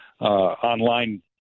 online